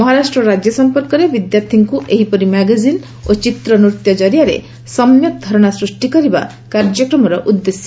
ମହାରାଷ୍ଟ୍ର ରାଜ୍ୟ ସମ୍ପର୍କରେ ବିଦ୍ୟାର୍ଥୀଙ୍କୁ ଏହିପରି ମ୍ୟାଗାଜିନ ଓ ଚିତ୍ର ନୃତ୍ୟ ଜରିଆରେ ସମ୍ୟକ ଧାରଶା ସୃଷ୍ଟି କରିବା ଏହି କାର୍ଯ୍ୟକ୍ରମର ମ୍ଟଳ ଉଦ୍ଦେଶ୍ୟ